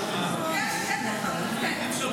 חילוט